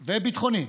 וביטחוני.